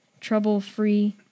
trouble-free